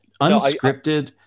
Unscripted